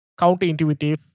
counterintuitive